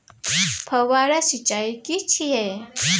फव्वारा सिंचाई की छिये?